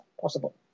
possible